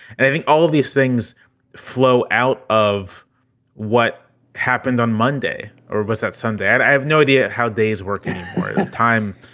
and i think all of these things flow out of what happened on monday or was that sunday? i have no idea how these working time.